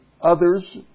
others